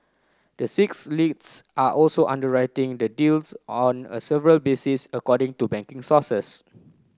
the six leads are also underwriting the deals on a several basis according to banking sources